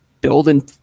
building